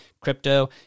crypto